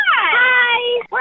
Hi